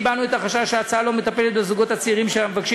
הבענו את החשש שההצעה לא מטפלת בזוגות הצעירים שמבקשים